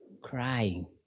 crying